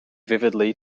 vividly